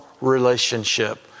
relationship